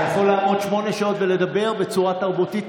אתה יכול לעמוד שמונה שעות ולדבר בצורה תרבותית.